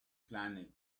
planet